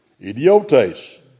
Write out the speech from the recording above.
Idiotes